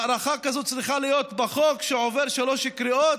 הארכה כזאת צריכה להיות בחוק שעובר שלוש קריאות,